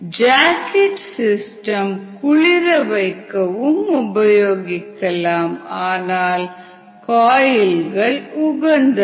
jacket system குளிர வைக்கவும் உபயோகிக்கலாம் ஆனால் காயில்கள் உகந்தது